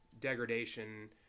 degradation